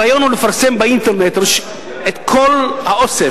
הרעיון הוא לפרסם באינטרנט את כל האוסף